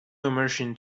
emerging